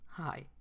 Hi